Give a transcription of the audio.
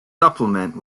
supplement